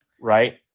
right